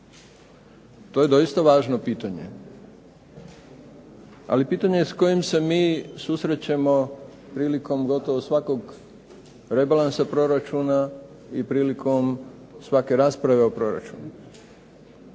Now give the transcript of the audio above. To je doista važno pitanje, ali pitanje s kojim se mi susrećemo prilikom gotovo svakog rebalansa proračuna i prilikom svake rasprave o proračunu.